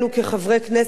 כחברי כנסת,